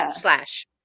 slash